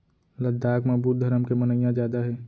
लद्दाख म बुद्ध धरम के मनइया जादा हे